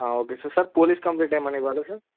okay sir sir police complaint ఏమైనా ఇవ్వాలా sir